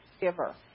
giver